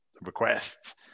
requests